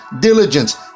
diligence